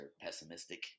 Pessimistic